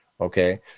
okay